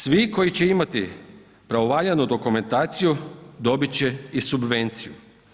Svi koji će imati pravovaljanu dokumentaciju dobiti će i subvenciju.